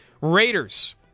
Raiders